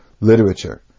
literature